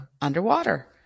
underwater